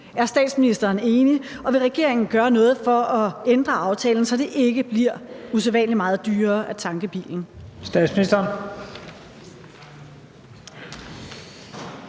Er statsministeren enig, og vil regeringen gøre noget for at ændre aftalen, så det ikke bliver usædvanlig meget dyrere at tanke bilen?